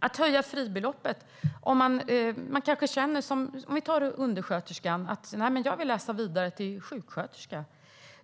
När det gäller fribeloppet ska jag som exempel ta en undersköterska som vill läsa vidare till sjuksköterska.